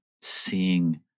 seeing